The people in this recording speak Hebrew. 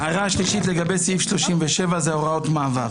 הערה שלישית לגבי סעיף 37, שזה הוראות מעבר.